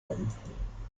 haben